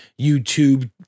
YouTube